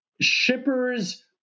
shippers